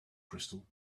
crystal